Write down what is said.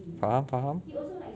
faham faham